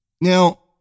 now